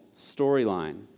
storyline